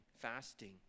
fasting